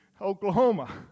Oklahoma